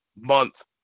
month